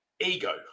ego